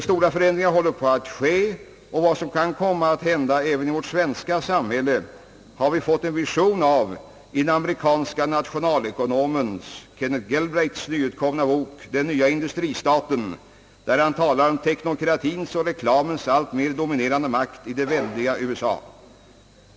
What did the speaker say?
Stora förändringar håller på att ske, och vad som kan komma att hända även i vårt svenska samhälle har vi fått en vision av i den amerikanske nationalekonomen John Kenneth Galbraiths nyutkomna bok »Den nya industristaten», där han talar om teknokratins och reklamens allt mer dominerande makt i det väldiga USA.